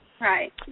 Right